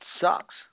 sucks